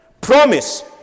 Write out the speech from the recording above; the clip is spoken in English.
Promise